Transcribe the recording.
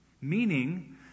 Meaning